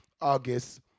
August